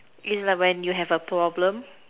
is like when you have a problem